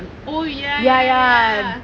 oh ya ya